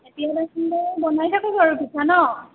এতিয়াও বনাই থাকো বাৰু পিঠা ন'